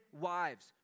wives